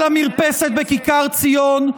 על המרפסת בכיכר ציון,